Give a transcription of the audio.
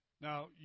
Now